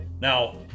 now